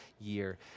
year